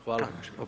Hvala.